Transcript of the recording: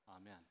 Amen